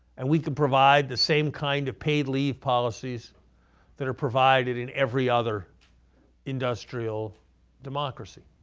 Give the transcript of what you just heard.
and we can provide the same kind of paid leave policies that are provided in every other industrial democracy.